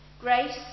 Grace